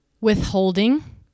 withholding